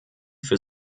für